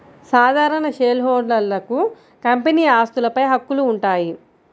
సాధారణ షేర్హోల్డర్లకు కంపెనీ ఆస్తులపై హక్కులు ఉంటాయి